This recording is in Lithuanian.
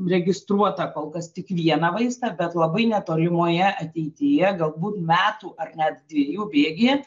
registruotą kol kas tik vieną vaistą bet labai netolimoje ateityje galbūt metų ar net dviejų bėgyje